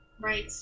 Right